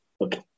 Okay